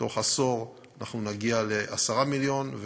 שבתוך עשור אנחנו נגיע ל-10 מיליון,